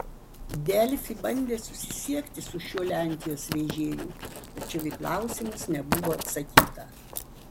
delfi bandė susisiekti su šiuo lenkijos vežėju tačiau į klausimus nebuvo atsakyta